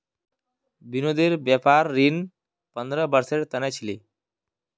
विनोदेर व्यापार ऋण पंद्रह वर्षेर त न छिले